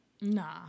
Nah